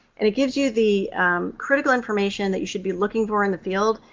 and it gives you the critical information that you should be looking for in the field,